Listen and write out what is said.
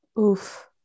Oof